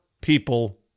people